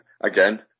Again